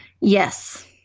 Yes